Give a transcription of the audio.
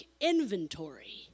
inventory